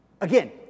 Again